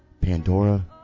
Pandora